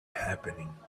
happening